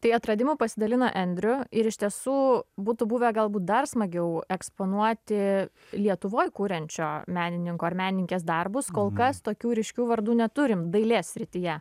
tai atradimu pasidalino andrew ir iš tiesų būtų buvę galbūt dar smagiau eksponuoti lietuvoj kuriančio menininko ar menininkės darbus kol kas tokių ryškių vardų neturim dailės srityje